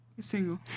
single